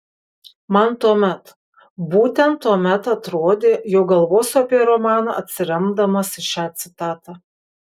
man tuomet būtent tuomet atrodė jog galvosiu apie romaną atsiremdamas į šią citatą